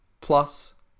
plus